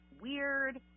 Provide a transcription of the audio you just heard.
weird